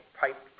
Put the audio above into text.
pipe